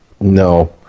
no